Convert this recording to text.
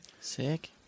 Sick